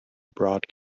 broad